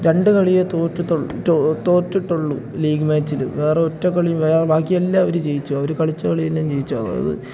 രണ്ട് കളിയെ തോറ്റത്തൊ തോറ്റിട്ടുള്ളു ലീഗ് മാച്ചിൽ വേറെ ഒറ്റ കളിയും വേറെ ബാക്കിയെല്ലാം അവർ ജയിച്ചു അവർ കളിച്ച കളിയെല്ലാം ജയിച്ചു അതായത്